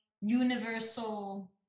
universal